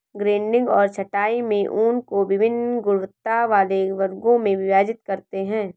grading और छँटाई में ऊन को वभिन्न गुणवत्ता वाले वर्गों में विभाजित करते हैं